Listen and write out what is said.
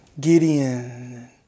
Gideon